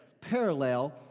parallel